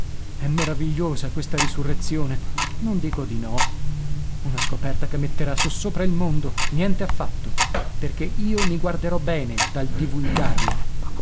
è meravigliosa questa risurrezione non dico di no una scoperta che metterà sossopra il mondo niente affatto perché io mi guarderò bene dal divulgarla